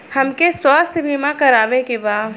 हमके स्वास्थ्य बीमा करावे के बा?